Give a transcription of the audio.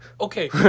Okay